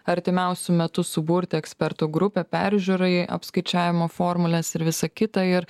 artimiausiu metu suburti ekspertų grupę peržiūrai apskaičiavimo formulės ir visą kitą ir